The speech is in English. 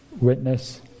witness